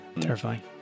Terrifying